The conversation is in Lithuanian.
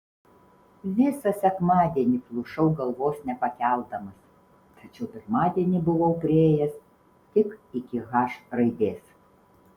visą sekmadienį plušau galvos nepakeldamas tačiau pirmadienį buvau priėjęs tik iki h raidės